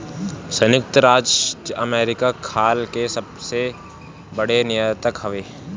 संयुक्त राज्य अमेरिका खाल के सबसे बड़ निर्यातक हवे